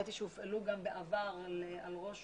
ראיתי שהופעלו בעבר על ראש